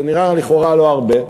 זה נראה לכאורה לא הרבה,